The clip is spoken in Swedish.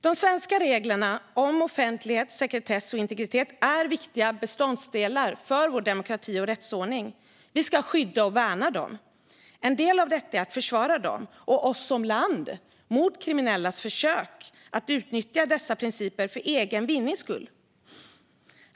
De svenska reglerna om offentlighet, sekretess och integritet är viktiga beståndsdelar i vår demokrati och rättsordning. Vi ska skydda och värna dem. En del av detta är att försvara dem, och oss som land, mot kriminellas försök att utnyttja dessa principer för egen vinnings skull.